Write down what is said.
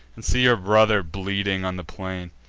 and see your brother bleeding on the plain?